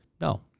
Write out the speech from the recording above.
No